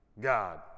God